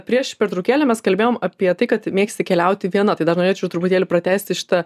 prieš pertraukėlę mes kalbėjom apie tai kad mėgsti keliauti viena tai dar norėčiau truputėlį pratęsti šitą